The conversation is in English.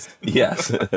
Yes